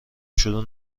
شروع